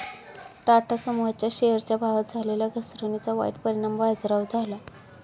टाटा समूहाच्या शेअरच्या भावात झालेल्या घसरणीचा वाईट परिणाम बाजारावर झाला